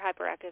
hyperactive